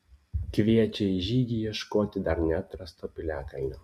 kviečia į žygį ieškoti dar neatrasto piliakalnio